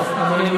טוב, חברים,